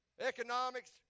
economics